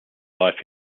life